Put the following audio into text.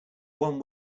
one